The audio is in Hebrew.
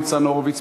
ניצן הורוביץ,